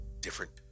different